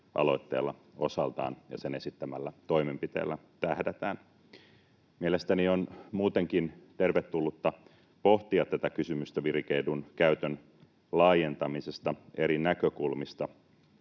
aloitteella ja sen esittämällä toimenpiteellä osaltaan tähdätään. Mielestäni on muutenkin tervetullutta pohtia kysymystä virike-edun käytön laajentamisesta eri näkökulmista.